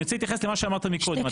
אני רוצה להתייחס למה שאמרת קודם.